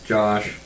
Josh